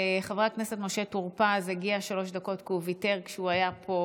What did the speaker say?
לחבר הכנסת משה טור פז הגיעו שלוש דקות כי הוא ויתר כשהוא היה פה